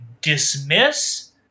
dismiss